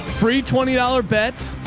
free, twenty dollars bets.